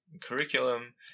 curriculum